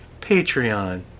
Patreon